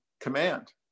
command